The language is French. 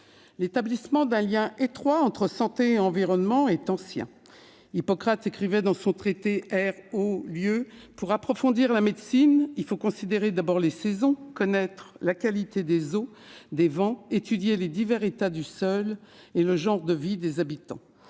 L'établissement d'un lien étroit entre santé et environnement est ancien. Hippocrate écrivait dans son traité « Pour approfondir la médecine, il faut d'abord considérer les saisons, connaître la qualité des eaux, des vents, étudier les divers états du sol et le genre de vie des habitants. »